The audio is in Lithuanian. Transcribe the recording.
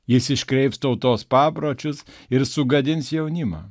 jis iškreips tautos papročius ir sugadins jaunimą